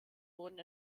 wurden